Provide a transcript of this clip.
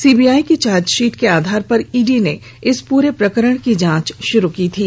CBI की chargesheet के आधार पर ईडी ने इस पूरे प्रकरण की जांच शुरू की थी